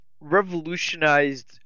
revolutionized